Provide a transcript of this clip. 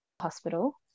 hospital